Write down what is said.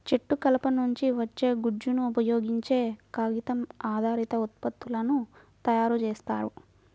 చెట్టు కలప నుంచి వచ్చే గుజ్జును ఉపయోగించే కాగితం ఆధారిత ఉత్పత్తులను తయారు చేస్తారు